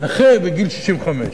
נכה בגיל 65?